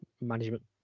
management